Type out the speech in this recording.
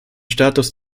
status